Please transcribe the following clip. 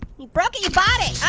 you broke it, you bought it.